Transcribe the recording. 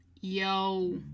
Yo